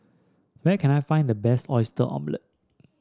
where can I find the best Oyster Omelette